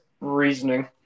reasoning